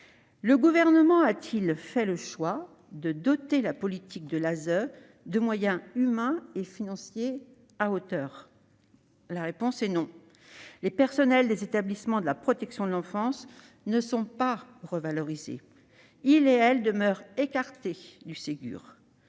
Le Gouvernement a-t-il fait le choix de doter la politique de l'ASE de moyens humains et financiers à la hauteur ? La réponse est non ! Les traitements des personnels des établissements de la protection de l'enfance ne sont pas revalorisés ; ils demeurent écartés du Ségur.